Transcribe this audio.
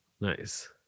Nice